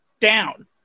down